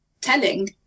telling